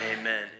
amen